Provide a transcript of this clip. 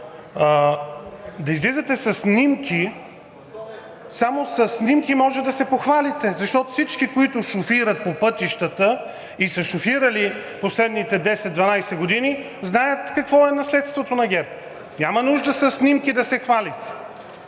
да излизате със снимки... Само със снимки можете да се похвалите, защото всички, които шофират по пътищата и са шофирали в последните 10 – 12 години, знаят какво е наследството на ГЕРБ. Няма нужда със снимки да се хвалите,